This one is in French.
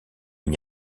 n’y